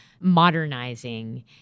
modernizing